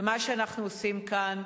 במה שאנחנו עושים כאן.